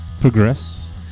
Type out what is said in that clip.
progress